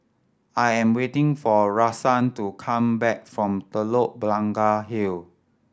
I am waiting for Rahsaan to come back from Telok Blangah Hill